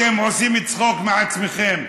אתם עושים צחוק מעצמכם,